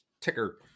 ticker